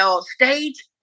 stage